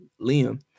Liam